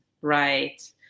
right